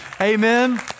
Amen